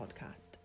podcast